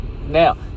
Now